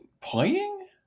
playing